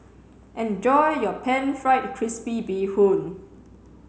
enjoy your pan fried crispy bee hoon